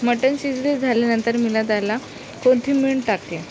मटण शिजले झाल्यानंतर मी ना त्याला कोथिंबीर टाकली